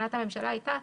כוונת הממשלה הייתה,